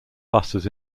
buses